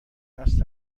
است